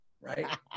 right